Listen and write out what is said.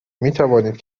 میتوانید